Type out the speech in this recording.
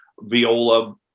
viola